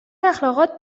اخلاقات